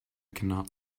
cannot